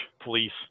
police